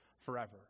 forever